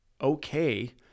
okay